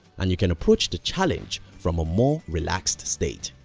and you can approach the challenge from a more relaxed state.